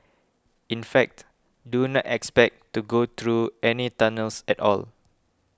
in fact do not expect to go through any tunnels at all